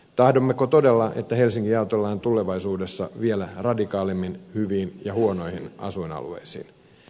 tahdommeko todella että helsinki jaotellaan tulevaisuudessa vielä radikaalimmin hyviin ja huonoihin asuinalueisiin